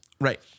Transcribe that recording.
Right